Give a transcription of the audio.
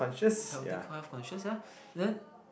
healthy life conscious yeah then